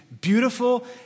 beautiful